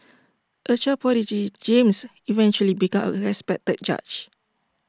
A child prodigy James eventually became A respected judge